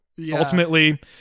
Ultimately